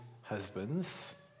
husbands